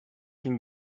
can